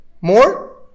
more